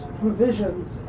provisions